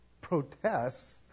protests